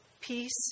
peace